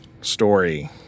story